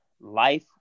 life